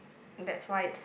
that's why it's